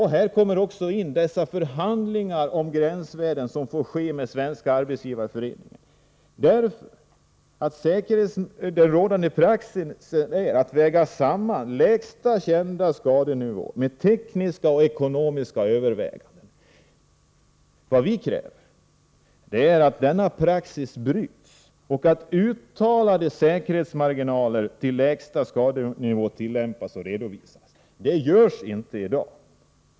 Här kommer också förhandlingarna med Svenska arbetsgivareföreningen om gränsvärden in. Rådande praxis är att väga samman lägsta kända skadenivå med tekniska och ekonomiska bedömningar. Vi kräver att denna praxis bryts och att uttalade säkerhetsmarginaler till lägsta skadenivå tillämpas och redovisas. Detta görs inte i dag.